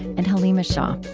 and haleema shah